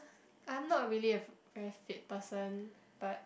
I am not really a very fit person but